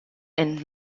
and